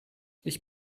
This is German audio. ich